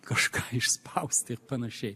kažką išspausti ir panašiai